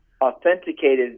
authenticated